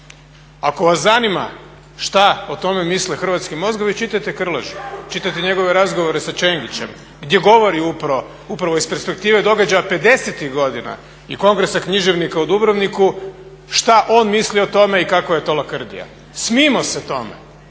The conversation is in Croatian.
Ako vas zanima što o tome misle hrvatski mozgovi čitajte Krležu, čitajte njegove razgovore sa Čengićem gdje govori upravo iz perspektive događaja 50-ih godina i Kongresa književnika u Dubrovniku što on misli o tome i kakva je to lakrdija. Smijmo se tome.